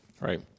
right